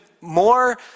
more